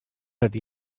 ydy